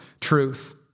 truth